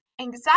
Anxiety